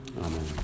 Amen